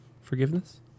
forgiveness